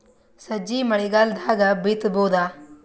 ಸಜ್ಜಿ ಮಳಿಗಾಲ್ ದಾಗ್ ಬಿತಬೋದ?